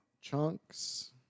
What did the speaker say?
Chunks